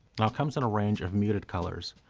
and comes in a range of muted colors,